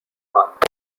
ماند